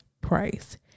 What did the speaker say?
price